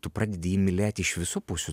tu pradedi jį mylėti iš visų pusių